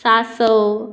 सांसव